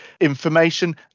information